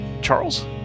Charles